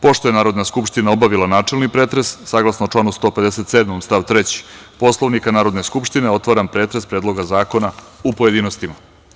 Pošto je Narodna skupština obavila načelni pretres, saglasno članu 157. stav 3. Poslovnika Narodne skupštine, otvaram pretres Predloga zakona u pojedinostima.